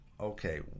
okay